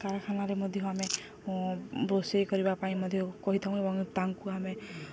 କାରଖାନାରେ ମଧ୍ୟ ଆମେ ରୋଷେଇ କରିବା ପାଇଁ ମଧ୍ୟ କହିଥାଉଁ ଏବଂ ତାଙ୍କୁ ଆମେ